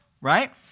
right